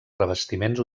revestiments